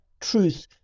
truth